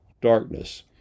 darkness